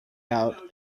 out